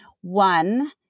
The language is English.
One